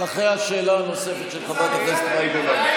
אבל אחרי השאלה הנוספת של חברת הכנסת מאי גולן.